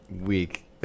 week